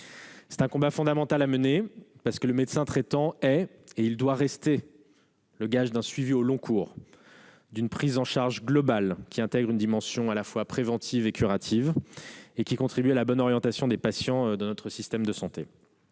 Ce combat est fondamental, car le médecin traitant est, et doit rester, le gage d'un suivi au long cours, d'une prise en charge globale, intégrant une dimension à la fois préventive et curative et contribuant à la bonne orientation des patients dans notre système de santé.